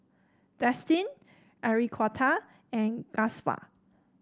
Destin Enriqueta and Gustaf